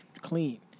clean